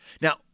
Now